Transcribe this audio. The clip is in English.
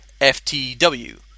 FTW